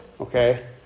okay